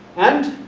and